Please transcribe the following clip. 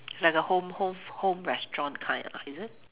it's like a home home home restaurant kind ah is it